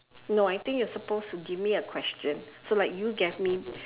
no I think you are supposed to give me a question so like you gave me